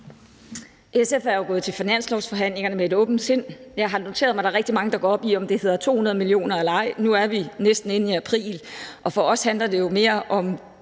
SF er jo gået til finanslovsforhandlingerne med et åbent sind, og jeg har noteret mig, at der er rigtig mange, der går op i, om det hedder 200 mio. eller ej. Nu er vi næsten inde i april, og for os handler det jo i